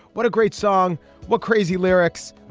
what a great song what crazy lyrics